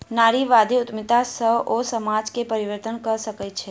नारीवादी उद्यमिता सॅ ओ समाज में परिवर्तन कय सकै छै